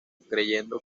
creyendo